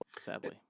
sadly